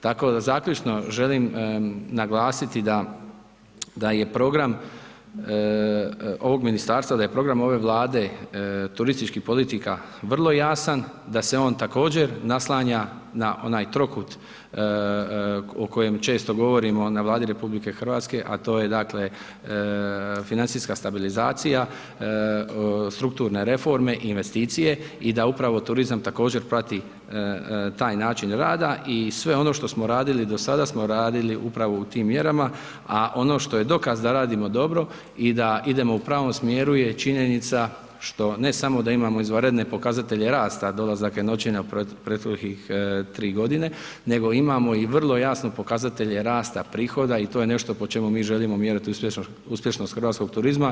Tako, zaključno želim naglasiti da je program ovog ministarstva, da je program ove Vlade, turističkih politika vrlo jasan, da se on također naslanja na onaj trokut o kojem često govorimo na Vladi RH, a to je, dakle, financijska stabilizacija, strukturne reforme i investicije i da upravo turizam također prati taj način rada i sve ono što smo radili do sada smo radili upravo u tim mjerama, a ono što je dokaz da radimo dobro i da idemo u pravom smjeru je činjenica što ne samo da imamo izvanredne pokazatelje rasta dolazaka i noćenja prethodnih 3.g., nego imamo i vrlo jasno pokazatelje rasta prihoda i to je nešto po čemu mi želimo mjerit uspješnost hrvatskog turizma.